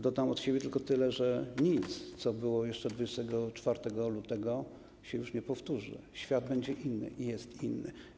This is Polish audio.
Dodam od siebie tylko tyle, że nic, co było jeszcze 24 lutego, już się nie powtórzy, świat będzie inny i jest inny.